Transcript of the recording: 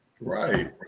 Right